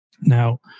Now